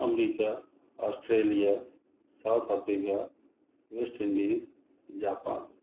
America Australia South Africa West Indies Japan